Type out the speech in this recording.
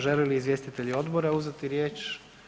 Želi li izvjestitelj odbora uzeti riječ?